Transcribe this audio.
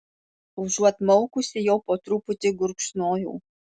užuot maukusi jau po truputį gurkšnojau